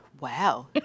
wow